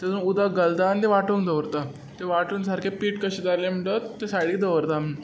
तातूंत उदक घालता आनी ते वांटून दवरता ते वांटून सारके पीठ कशें केलें म्हणटच ते सायडीक दवरता आमी